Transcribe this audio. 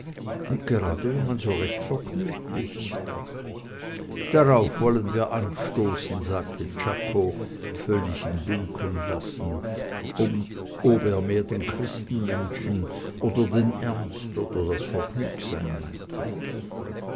und gerade wenn man so recht vergnügt ist darauf wollen wir anstoßen sagte czako völlig im dunkeln lassend ob er mehr den christenmenschen oder den ernst oder das vergnügtsein meinte